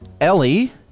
Ellie